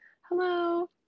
hello